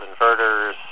inverters